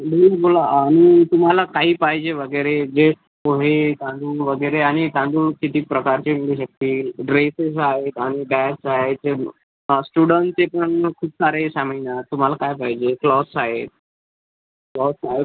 तुम्हीच बोला आणि तुम्हाला काही पाहिजे वगैरे जे पोहे तांदूळ वगैरे आणि तांदूळ कितीक प्रकारचे मिळू शकतील ड्रेसेस् आहेत आणि बॅग्स् आहेत ते हां स्टुडंट तिकडून खूप सारे सामाने आहेत तुम्हाला काय पाहिजे क्लॉथ्स आहेत क्लॉथ्स आहेत